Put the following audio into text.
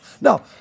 No